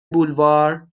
بلوار